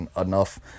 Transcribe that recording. enough